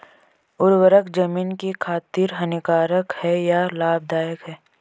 उर्वरक ज़मीन की खातिर हानिकारक है या लाभदायक है?